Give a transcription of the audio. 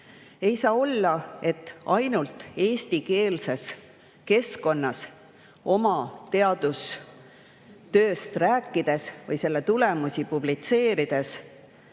Ei saa olla, et ainult eestikeelses keskkonnas oma teadustööst rääkides või selle tulemusi publitseerides